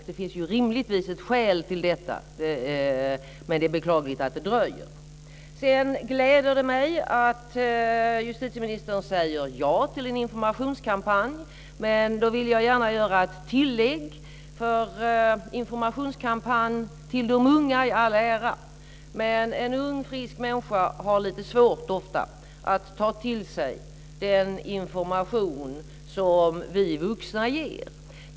Det finns ju rimligtvis ett skäl till detta, men det är beklagligt att det dröjer. Sedan gläder det mig att justitieministern säger ja till en informationskampanj. Men då vill jag gärna göra ett tillägg. Informationskampanj till de unga i all ära, men en ung frisk människa har ofta lite svårt att ta till sig den information som vi vuxna ger.